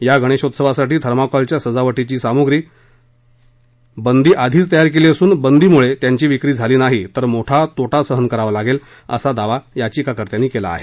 या गणेशोत्सवासाठी थर्माकोलच्या सजावटीची सामुप्री बंदी आधीचं तयार केली असून बंदीमुळे त्यांची विक्री झाली नाही तर मोठा तोटा सहन करावा लागेल असा दावा याचिकाकर्त्यांनी केला आहे